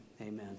amen